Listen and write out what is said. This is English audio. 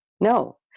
no